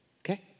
Okay